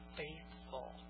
faithful